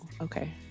Okay